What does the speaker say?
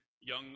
young